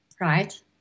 right